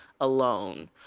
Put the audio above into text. alone